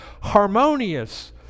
harmonious